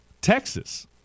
Texas